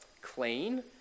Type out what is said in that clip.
clean